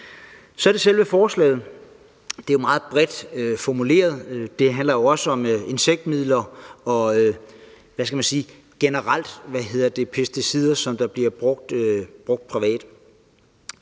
Så er der selve forslaget. Det er jo meget bredt formuleret. Det handler også om insektmidler og generelt pesticider, som bliver brugt privat.